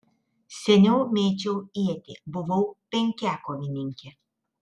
seniau mėčiau ietį buvau penkiakovininkė